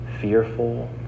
fearful